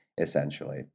essentially